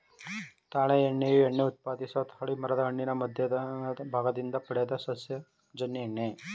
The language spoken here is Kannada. ತಾಳೆ ಎಣ್ಣೆಯು ಎಣ್ಣೆ ಉತ್ಪಾದಿಸೊ ತಾಳೆಮರದ್ ಹಣ್ಣಿನ ಮಧ್ಯದ ಭಾಗದಿಂದ ಪಡೆದ ಸಸ್ಯಜನ್ಯ ಎಣ್ಣೆ